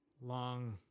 long